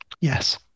Yes